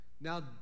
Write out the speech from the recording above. Now